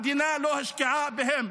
המדינה לא השקיעה בהם,